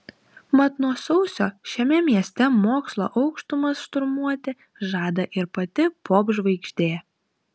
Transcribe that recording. mat nuo sausio šiame mieste mokslo aukštumas šturmuoti žada ir pati popžvaigždė